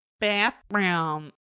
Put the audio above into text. bathroom